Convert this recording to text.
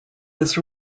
was